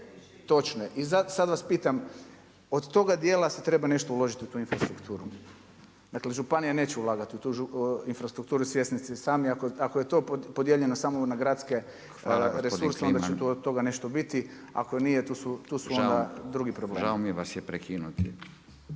točno je. I sad vas pitam, od toga dijela se treba nešto uložiti u tu infrastrukturu. Dakle županije neće ulagati u tu infrastrukturu, svjesni ste i sami, ako je to podijeljeno samo na gradske … /Upadica: Hvala gospodin Kliman./… resurse onda će od toga nešto biti, ako nije to su onda drugi problemi. **Radin, Furio